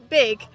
big